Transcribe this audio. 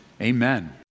amen